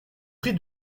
prix